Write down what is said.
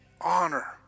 honor